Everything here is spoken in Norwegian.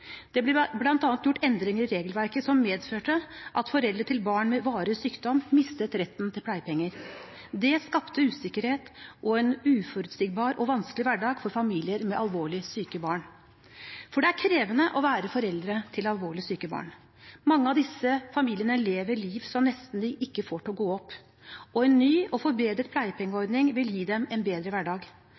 Det ble bl.a. gjort endringer i regelverket som medførte at foreldre til barn med varig sykdom mistet retten til pleiepenger. Det skapte usikkerhet og en uforutsigbar og vanskelig hverdag for familier med alvorlig syke barn. Det er krevende å være foreldre til alvorlig syke barn. Mange av disse familiene lever liv som de nesten ikke får til å gå opp, og en ny og forbedret pleiepengeordning vil gi dem en bedre hverdag.